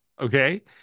Okay